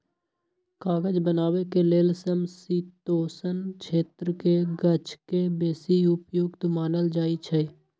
कागज बनाबे के लेल समशीतोष्ण क्षेत्रके गाछके बेशी उपयुक्त मानल जाइ छइ